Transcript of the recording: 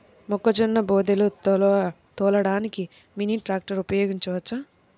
మొక్కజొన్న బోదెలు తోలడానికి మినీ ట్రాక్టర్ ఉపయోగించవచ్చా?